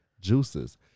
Juices